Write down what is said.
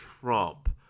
Trump